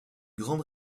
grande